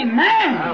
Amen